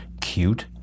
cute